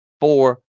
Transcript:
four